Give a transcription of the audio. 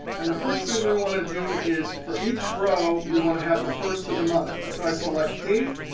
and the first thing we want to do is for each row, we want to have the first of the month. so i select date,